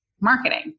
marketing